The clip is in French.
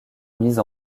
mise